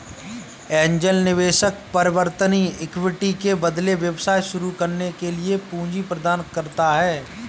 angel निवेशक परिवर्तनीय equity के बदले व्यवसाय शुरू करने के लिए पूंजी प्रदान करता है